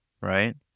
right